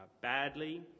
badly